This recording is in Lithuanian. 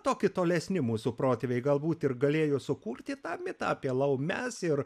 tokį tolesni mūsų protėviai galbūt ir galėjo sukurti tą mitą apie laumes ir